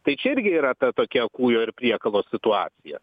tai čia irgi yra ta tokia kūjo ir priekalo situacija